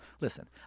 listen